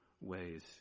ways